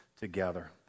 together